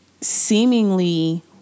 seemingly